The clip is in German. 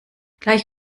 gleich